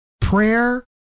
Prayer